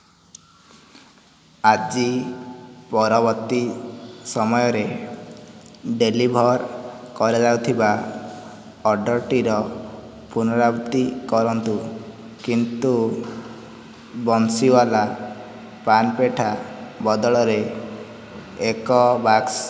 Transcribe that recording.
ଆଜି ପରବର୍ତ୍ତୀ ସମୟରେ ଡେଲିଭର୍ କରାଯାଉଥିବା ଅର୍ଡ଼ର୍ଟିର ପୁନରାବୃତ୍ତି କରନ୍ତୁ କିନ୍ତୁ ବଂଶୀୱାଲା ପାନ୍ ପେଠା ବଦଳରେ ଏକ ବାକ୍ସ